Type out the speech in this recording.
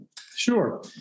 Sure